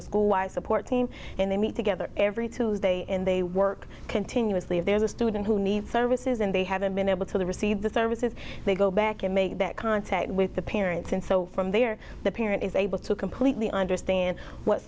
the school life support team and they meet together every tuesday and they work continuously if there's a student who needs services and they haven't been able to receive the services they go back and make that contact with the parents and so from there the parent is able to completely understand what